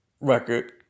record